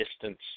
distance